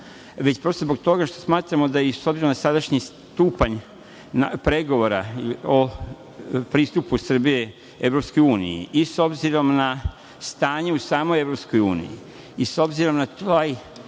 već prosto zbog toga što smatramo da i, s obzirom na sadašnji stupanj pregovora o pristupu Srbije EU, i s obzirom na stanje u samoj EU, i s obzirom na taj,